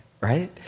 right